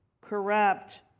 corrupt